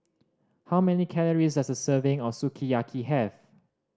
how many calories does a serving of Sukiyaki have